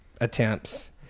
attempts